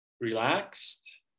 relaxed